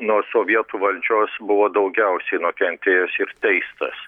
nuo sovietų valdžios buvo daugiausiai nukentėjęs teistas